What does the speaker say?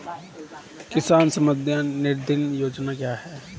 किसान सम्मान निधि योजना क्या है?